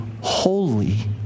holy